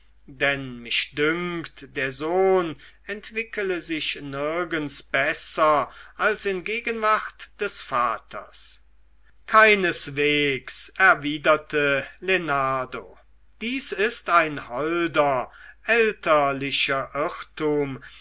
denn mich dünkt der sohn entwickele sich nirgends besser als in gegenwart des vaters keineswegs erwiderte lenardo dies ist ein holder väterlicher irrtum